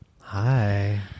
Hi